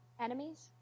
Enemies